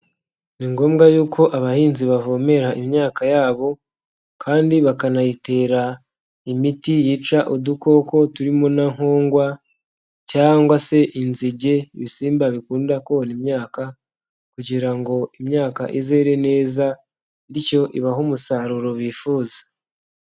Ni ngombwa y'uko abahinzi bavomerera imyaka yabo kandi bakanayitera imiti yica udukoko turimo na nkongwa cyangwa se inzige ibisimba bikunda kona imyaka kugira ngo imyaka izere neza bityo ibahe umusaruro bifuza.